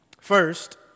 First